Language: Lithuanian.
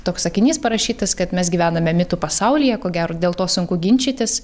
toks sakinys parašytas kad mes gyvename mitų pasaulyje ko gero dėl to sunku ginčytis